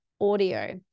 audio